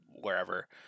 wherever